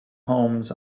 homes